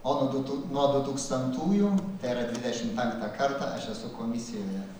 o nu du tu nuo du tūkstantųjų tai yra dvidešim penktą kartą aš esu komisijoje